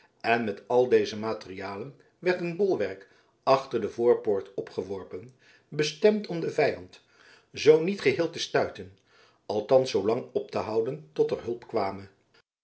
en met al deze materialen werd een bolwerk achter de voorpoort opgeworpen bestemd om den vijand zoo niet geheel te stuiten althans zoolang op te houden tot er hulp kwame